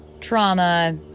trauma